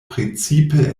precipe